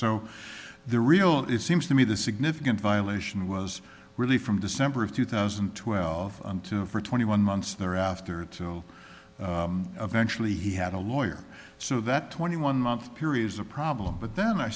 so the real it seems to me the significant violation was really from december of two thousand and twelve to for twenty one months thereafter to know eventual he had a lawyer so that twenty one month period is a problem but then i